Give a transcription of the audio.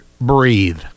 breathe